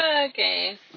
Okay